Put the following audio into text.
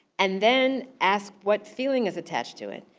and then ask what feeling is attached to it.